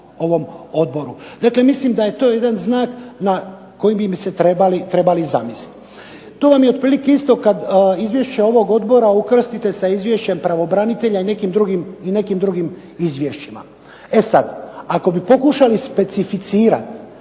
Dakle, mislim da je to jedan znak na koji bi se trebali zamisliti. To vam je otprilike isto kada izvješće ovog odbora ukrasite sa izvješćem pravobranitelja i nekim drugim izvješćima. E sada, ako bi pokušali specificirati